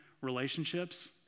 relationships